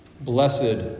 Blessed